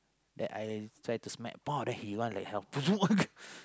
then I try to smack !wah! then he run like hell